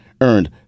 earned